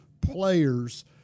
players